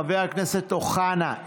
חבר הכנסת אוחנה,